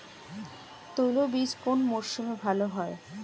তৈলবীজ কোন মরশুমে ভাল হয়?